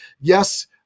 Yes